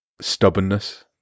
stubbornness